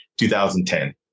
2010